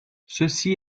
ceci